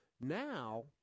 Now